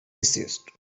desist